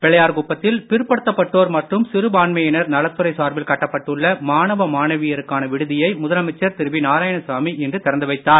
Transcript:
பிள்ளையார்குப்பத்தில் பிற்படுத்தப்பட்டோர் மற்றும் சிறுபான்மையினர் நலத்துறை சார்பில் கட்டப்பட்டுள்ள மானவ மாணவியருக்கான விடுதியை முதலமைச்சர் திரு நாராயணசாமி இன்று திறந்து வைத்தார்